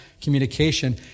communication